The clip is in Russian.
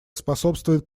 способствует